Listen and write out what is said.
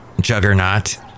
juggernaut